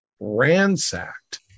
ransacked